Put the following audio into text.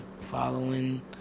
following